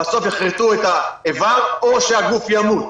בסוף יכרתו את האיבר או שהגוף ימות.